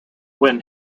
when